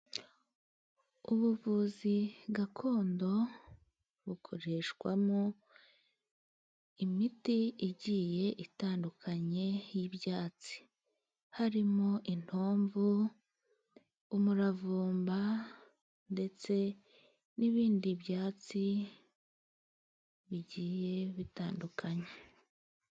Ubuvuzi gakondo， bukoreshwamo imiti igiye itandukanye y'ibyatsi. Harimo intomvu， umuravumba，ndetse n'ibindi byatsi， bigiye bitandukanye.